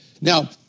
Now